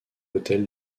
hotel